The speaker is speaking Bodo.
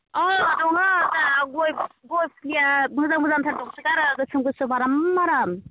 अ दङ दा गय गय फुलिया मोजां मोजांथार दंसोगारो गोसोम गोसोम आराम आराम